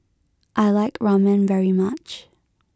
I like Ramen very much